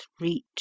reach